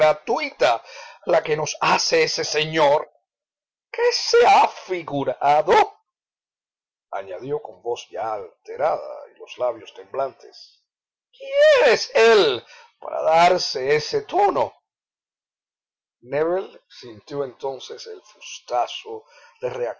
gratuita la que nos hace ese señor qué se ha figurado añadió con voz ya alterada y los labios temblantes quién es él para darse ese tono nébel sintió entonces el fustazo